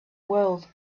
world